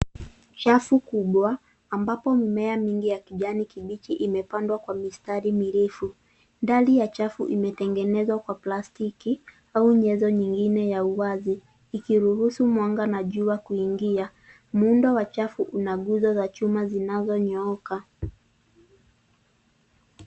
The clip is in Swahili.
Chafu kubwa ambapo mimea mingi ya kijani kibichi imepandwa kwa mistari mirefu. Ndani ya chafu imetengenezwa kwa plastiki au nyenzo nyingine ya uwazi ikiruhusu mwanga na jua kuingia. Muundo wa chafu una nguzo za chuma zinazonyooka.